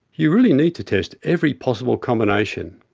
you really need to test every possible combination.